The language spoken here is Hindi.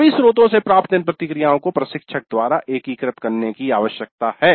सभी स्रोतों से प्राप्त इन प्रतिक्रियाओं को प्रशिक्षक द्वारा एकीकृत करने की आवश्यकता है